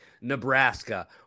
Nebraska